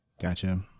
Gotcha